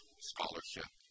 scholarship